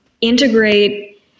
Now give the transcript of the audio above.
integrate